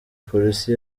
police